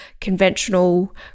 conventional